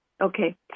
Okay